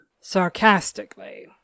Sarcastically